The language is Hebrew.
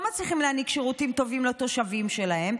מצליחים להעניק שירותים טובים לתושבים שלהם,